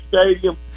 Stadium